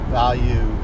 value